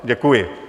Děkuji.